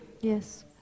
yes